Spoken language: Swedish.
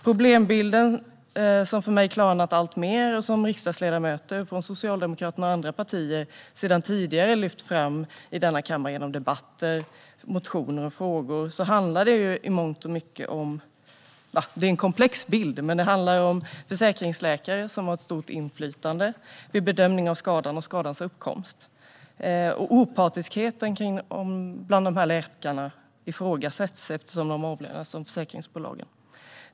Problembilden, som för mig klarnat alltmer och som riksdagsledamöter från både Socialdemokraterna och andra partier sedan tidigare har lyft fram i denna kammare genom debatter, motioner och frågor, är komplex. Det handlar i mångt och mycket om försäkringsläkare som har stort inflytande vid bedömning av skadan och skadans uppkomst. Opartiskheten hos dessa läkare ifrågasätts, eftersom de avlönas av försäkringsbolagen.